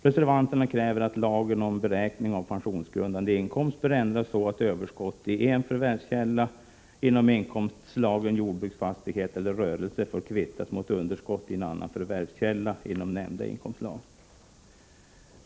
Reservanterna kräver att lagen om beräkning av pensionsgrundande inkomst ändras så att överskott i en förvärvskälla inom inkomstslagen jordbruksfastighet eller rörelse får kvittas mot underskott i annan förvärvskälla inom nämnda inkomstslag.